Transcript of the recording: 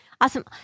Awesome